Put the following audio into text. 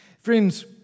Friends